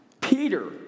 Peter